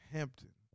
Hampton